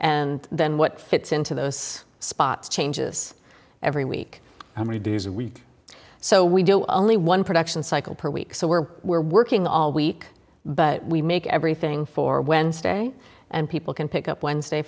and then what fits into those spots changes every week and we do so we so we do only one production cycle per week so we're we're working all week but we make everything for wednesday and people can pick up wednesday